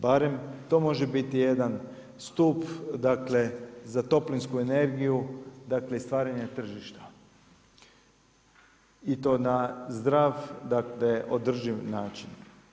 Barem to može biti jedan stup, dakle za toplinsku energiju, dakle i stvaranja tržišta i to na zdrav, dakle održiv način.